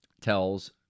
tells